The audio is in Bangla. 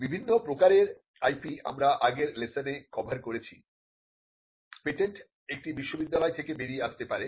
বিভিন্ন প্রকারের IP আমরা আগের লেসনে কভার করেছি পেটেন্ট একটি বিশ্ববিদ্যালয় থেকে বেরিয়ে আসতে পারে